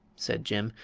said jim,